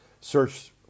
search